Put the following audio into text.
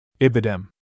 Ibidem